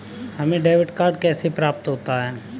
हमें debit card कैसे प्राप्त होगा?